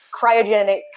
cryogenic